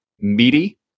meaty